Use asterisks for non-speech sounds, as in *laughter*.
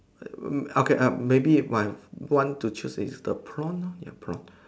*noise* okay um maybe my I want to choose is the prawn lor ya the prawn